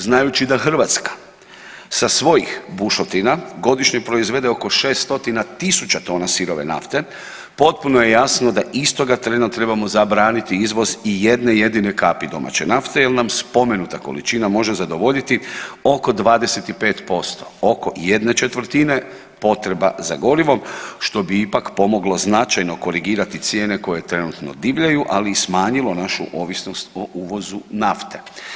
Znajući da Hrvatska sa svojih bušotina godišnje proizvode oko šest stotina tisuća tona sirovine nafte potpuno je jasno da istoga trena trebamo zabraniti izvoz i jedne jedine kapi domaće nafte jer nam spomenuta količina može zadovoljiti oko 25%, oko ¼ potreba za gorivom što bi ipak pomoglo značajno korigirati cijene koje trenutno divljaju ali i smanjilo našu ovisnost o uvozu nafte.